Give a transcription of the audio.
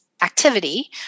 Activity